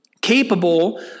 capable